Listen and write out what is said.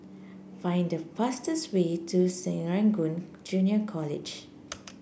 find the fastest way to Serangoon Junior College